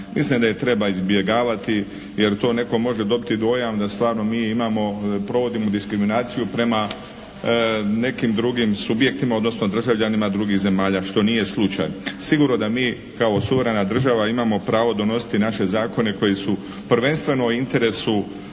Mislim da je treba izbjegavati jer to netko može dobiti dojam da stvarno mi imamo, provodimo diskriminaciju prema nekim drugim subjektima, odnosno državljanima drugih zemalja što nije slučaj. Sigurno da mi kao suverena država imamo pravo donositi naše zakone koji su prvenstveno u interesu